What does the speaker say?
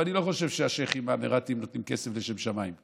אני לא חושב שהשייח'ים האמירתים נותנים כסף לשם שמיים,